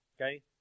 Okay